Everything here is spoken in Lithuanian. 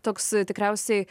toks tikriausiai